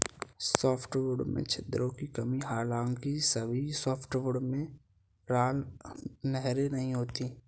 softwood में छिद्रों की कमी हालांकि सभी सॉफ्टवुड में राल नहरें नहीं होती है